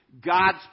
God's